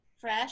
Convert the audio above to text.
Fresh